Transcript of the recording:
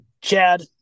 chad